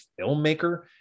filmmaker